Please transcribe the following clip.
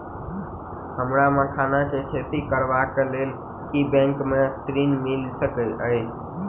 हमरा मखान केँ खेती करबाक केँ लेल की बैंक मै ऋण मिल सकैत अई?